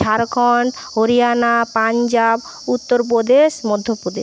Jharkhand Haryana Punjab Uttar Pradesh Madhya Pradesh